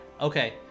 Okay